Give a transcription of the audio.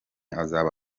azaba